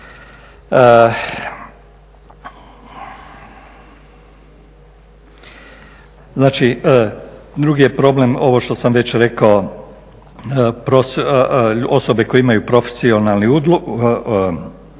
Znači, drugi je problem ovo što sam već rekao osobe koje imaju profesionalni ugled,